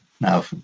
now